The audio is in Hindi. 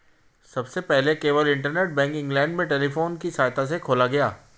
सबसे पहले केवल इंटरनेट बैंक इंग्लैंड में टेलीफोन की सहायता से खोला गया